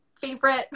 favorite